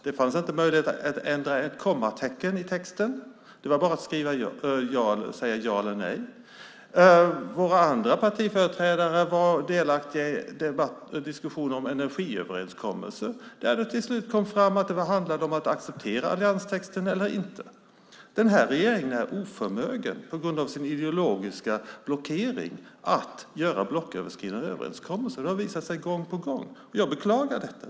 Det fanns inte möjlighet att ändra ett kommatecken i texten; det var bara att säga ja eller nej. Våra andra partiföreträdare var delaktiga i en diskussion om en energiöverenskommelse där det till slut kom fram att det handlade om att acceptera allianstexten eller inte. Den här regeringen är oförmögen, på grund av sin ideologiska blockering, att göra blocköverskridande överenskommelser. Det har visat sig gång på gång, och jag beklagar detta.